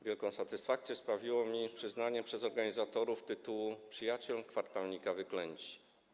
Wielką satysfakcję sprawiło mi przyznanie przez organizatorów tytułu Przyjaciel Kwartalnika „Wyklęci”